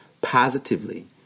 positively